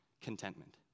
contentment